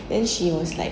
then she was like